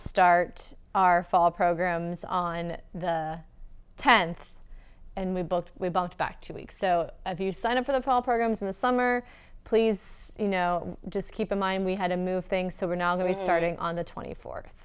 start our fall programs on the tenth and we both we bought back two weeks so if you sign up for the fall programs in the summer please you know just keep in mind we had to move things so we're now going to be starting on the twenty fourth